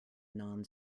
non